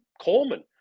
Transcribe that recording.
Coleman